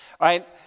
right